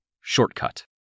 Shortcut